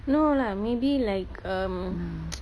no lah maybe like um